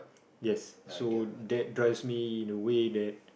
yes so that drives me in a way that